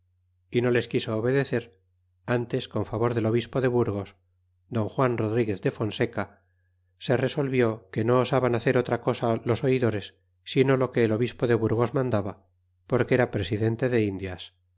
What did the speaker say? y no les quiso obedecer antes con favor del obispo de burgos don juan rodriguez de fonseca se resolvió que no osaban hacer otra cosa los oidores sino lo que el obispo de burgos mandaba porque era presidente de indias